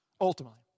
ultimately